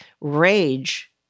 rage